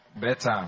better